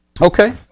okay